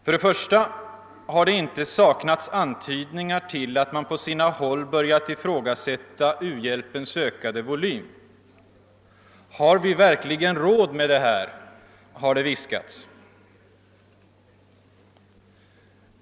För det första har det inte saknats antydningar till att man på sina håll börjat ifrågasätta u-hjälpens ökade volym. Har vi verkligen råd med det här? har det viskats.